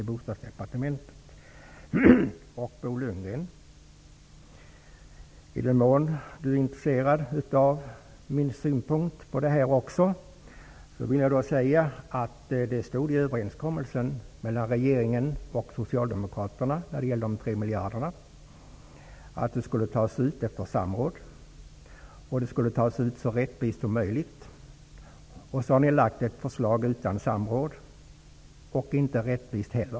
I den mån Bo Lundgren är intresserad av min synpunkt på detta, vill jag säga att det stod i överenskommelsen mellan regeringen och Socialdemokraterna att de 3 miljarderna skulle tas ut efter samråd och så rättvist som möjligt. Ni har nu lagt fram ett förslag utan samråd och som inte är rättvist.